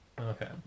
Okay